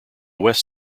west